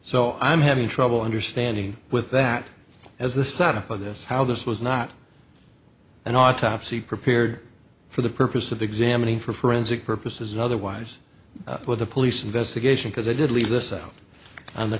so i'm having trouble understanding with that as the subject of this how this was not an autopsy prepared for the purpose of examining for forensic purposes or otherwise what the police investigation because i did leave this out on the